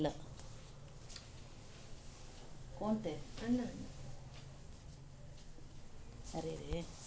drone ಅಂದುರ್ ಇವು ಗಂಡು ಜೇನುನೊಣಗೊಳ್ ಇರ್ತಾವ್ ಇವು ಹೆಣ್ಣು ಜೇನುನೊಣಗೊಳ್ ಅಪ್ಲೇ ಇರಲ್ಲಾ